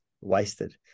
wasted